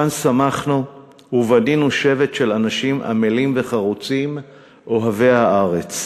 כאן צמחנו ובנינו שבט של אנשים עמלים וחרוצים אוהבי הארץ.